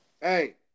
Hey